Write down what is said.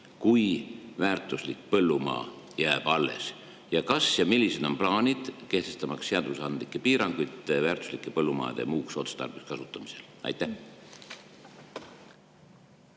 kui väärtuslik põllumaa jääb alles. Kas [ja kui jah, siis] millised on plaanid kehtestamaks seadusandlikke piiranguid väärtuslike põllumaade muuks otstarbeks kasutamisele? Aitäh,